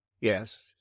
Yes